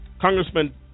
Congressman